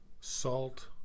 salt